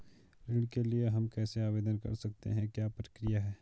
ऋण के लिए हम कैसे आवेदन कर सकते हैं क्या प्रक्रिया है?